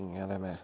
इ'यां ते में